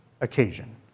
occasion